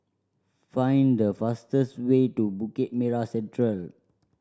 find the fastest way to Bukit Merah Central